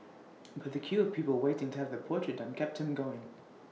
but the queue of people waiting to have their portrait done kept him going